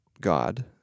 God